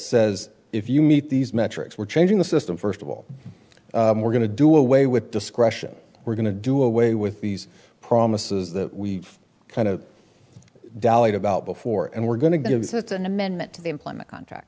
says if you meet these metrics we're changing the system first of all we're going to do away with discretion we're going to do away with these promises that we've kind of dallied about before and we're going to give